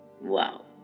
Wow